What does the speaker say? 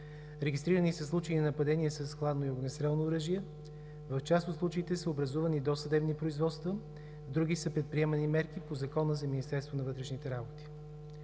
Регистрирани са случаи на нападение с хладно и огнестрелно оръжие. В част от случаите са образувани досъдебни производства, в други са предприемани мерки по Закона за Министерството на вътрешните работи.